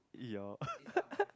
your